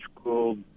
school